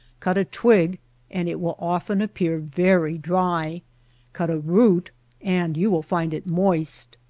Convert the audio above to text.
cut a twig and it will often appear very dry cut a root and you will find it moist.